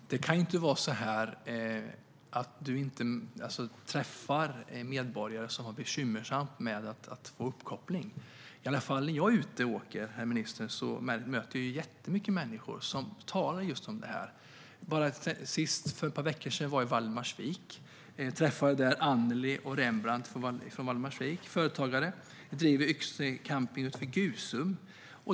Herr talman! Jag tackar ministern för detta svar. Det kan inte vara så att du inte träffar medborgare som har bekymmer med uppkoppling. När jag är ute och åker möter jag jättemånga människor som talar just om detta. För ett par veckor sedan var jag i Valdemarsvik och träffade där Annelie och Rembrandt, som är företagare och driver Yxningens Camping utanför Gusum.